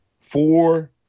four